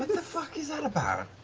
the fuck is that